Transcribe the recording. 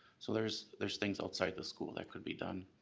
so there's there's things outside the school that could be done.